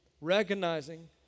Recognizing